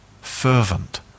fervent